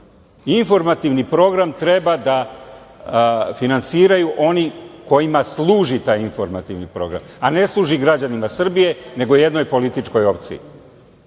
Informativni program treba da finansiraju oni kojima služi taj informativni program, a ne služi građanima Srbije, nego jednoj političkoj opciji. Prema